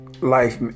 life